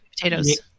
Potatoes